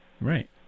Right